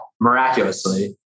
miraculously